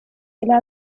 إلى